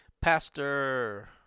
Pastor